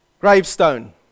gravestone